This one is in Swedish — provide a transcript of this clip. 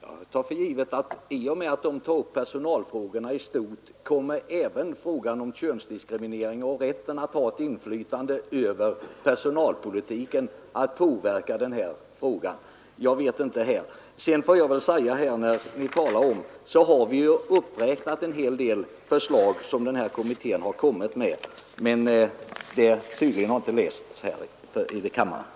Herr talman! Jag tar för givet att kommittén, i och med att den utreder personalfrågorna i stort, även kommer att behandla frågan om könsdiskriminering och rätten till inflytande över personalpolitiken. Vidare kan jag framhålla att vi har räknat upp en hel del förslag som denna kommitté lagt fram, men det har tydligen inte lästs av alla här i kammaren.